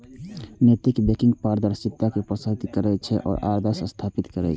नैतिक बैंकिंग पारदर्शिता कें प्रोत्साहित करै छै आ आदर्श स्थापित करै छै